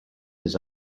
his